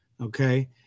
Okay